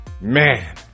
Man